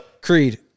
Creed